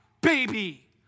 baby